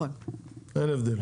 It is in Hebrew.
אין הבדל.